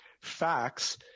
facts